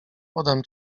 podam